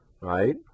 Right